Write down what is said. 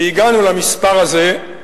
והגענו למספר הזה,